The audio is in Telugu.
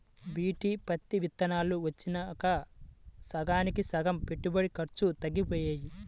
బీటీ పత్తి విత్తనాలు వచ్చినాక సగానికి సగం పెట్టుబడి ఖర్చులు తగ్గిపోయాయి